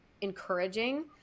encouraging